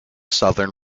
southern